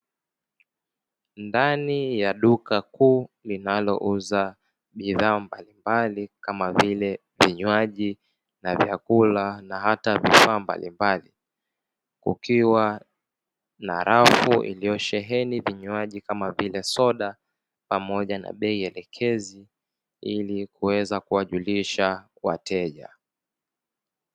Ndani ya duka kubwa linalouza bidhaa mbalimbali kama vile vinywaji na vyakula na hata vifaa mbalimbali, kukiwa na rafu iliyosheheni vinywaji kama vile soda pamoja na bei elekezi ilikuweza kuwajulisha wateja.